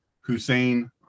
Hussein